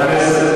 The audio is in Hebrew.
חברי הכנסת,